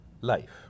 life